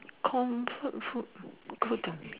comfort food ah